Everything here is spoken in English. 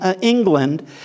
England